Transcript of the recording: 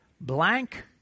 blank